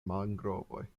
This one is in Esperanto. mangrovoj